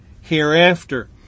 hereafter